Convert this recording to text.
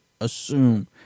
assume